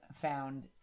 found